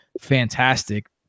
fantastic